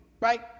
Right